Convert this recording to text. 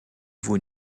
vaut